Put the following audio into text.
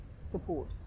support